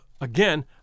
again